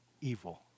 evil